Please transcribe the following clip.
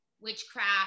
witchcraft